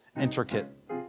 intricate